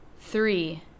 three